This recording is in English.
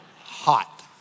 hot